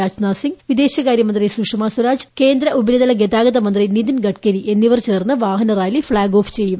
രാജ്നാഥ് സിങ് വിദേശകാര്യമന്ത്രി സുഷമ സ്വരാജ് കേന്ദ്ര ഉപരിതല ഗതാഗത മന്ത്രി നിതിൻ ഗഡ്കരി എന്നിവർ ചേർന്ന് വാഹന റാലി ഫ്ളാഗ് ഓഫ് ചെയ്യും